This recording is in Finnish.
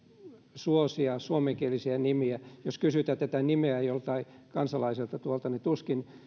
suosia suomenkielisiä nimiä jos kysytään tätä nimeä joltain kansalaiselta niin tuskin hän